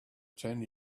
ten